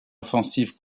offensive